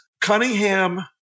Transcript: Cunningham